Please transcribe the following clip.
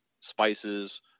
spices